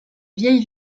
vieille